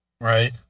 Right